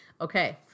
Okay